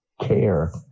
care